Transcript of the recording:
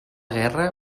guerra